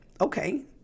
okay